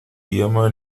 llama